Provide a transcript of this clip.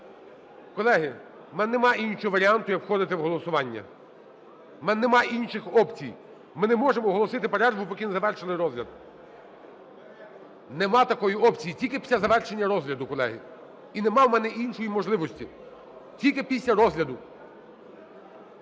Колеги, в мене нема іншого варіанту, як входити в голосування, в мене нема інших опцій. Ми не можемо оголосити перерву, поки не завершили розгляд. Немає такої опції, тільки після завершення розгляду, колеги. І немає в мене іншої можливості, тільки після розгляду.